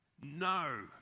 No